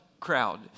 crowd